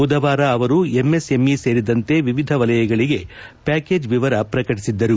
ಬುಧವಾರ ಅವರು ಎಂಎಸ್ಎಂಇ ಸೇರಿದಂತೆ ವಿವಿಧ ವಲಯಗಳಿಗೆ ಪ್ಯಾಕೇಜ್ ವಿವರ ಪ್ರಕಟಿಸಿದ್ದರು